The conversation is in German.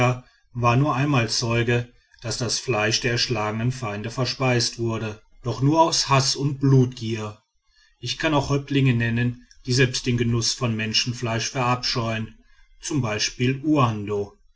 war nur einmal zeuge daß das fleisch der erschlagenen feinde verspeist wurde doch nur aus haß und blutgier ich kann auch häuptlinge nennen die selbst den genuß von menschenfleisch verabscheuen z b uando